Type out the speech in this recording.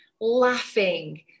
laughing